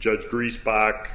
judge agrees but